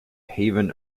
haven